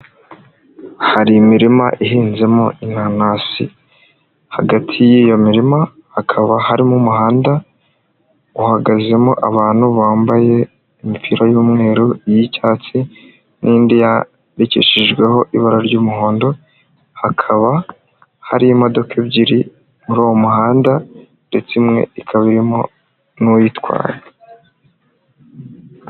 Hari imirima ihinzemo inanasi, hagati y'iyo mirima hakaba harimo umuhanda uhagazemo abantu bambaye imipira y'umweru, iy'icyatsi n'indi yandikishijweho ibara ry'umuhondo, hakaba hari imodoka ebyiri muri uwo muhanda ndetse imwe ikaba irimo n'uyitwaye.